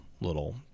little